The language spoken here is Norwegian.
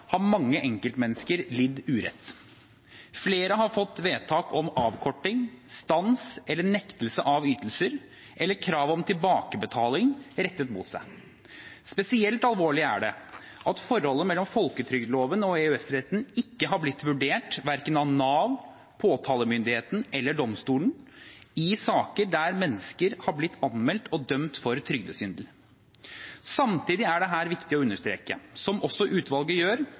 har mange enkeltmennesker lidd urett. Flere har fått vedtak om avkorting, stans eller nektelse av ytelser, eller krav om tilbakebetaling rettet mot seg. Spesielt alvorlig er det at forholdet mellom folketrygdloven og EØS-retten ikke har blitt vurdert av verken Nav, påtalemyndigheten eller domstolene i saker der mennesker har blitt anmeldt og dømt for trygdesvindel. Samtidig er det her viktig å understreke, som også utvalget gjør,